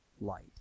light